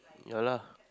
ya lah